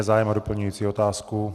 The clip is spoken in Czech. Je zájem o doplňující otázku?